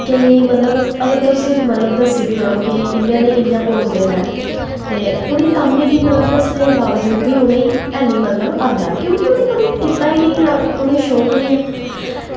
केइयें गी मतलब अगर तुस मतलब दस्सी बी ओड़ो कि इ'यां निं इ'यां पोज़ देना ऐ ते उ'नें गी तां बी निं मतलब दस्सने दे बावजूद बी उ'नें ई ऐनी मतलब आंदा क्योंकि उ'नें कदें कीता ई निं ऐ उ'नें ई शौक निं ऐ